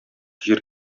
җир